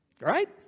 Right